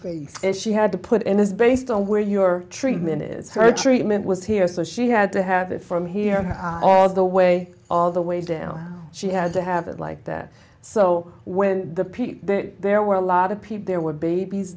face and she had to put in this based on where your treatment is for treatment was here so she had to have it from here all the way all the way down she had to have it like that so when the people there were a lot of people there were babies